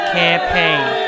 campaign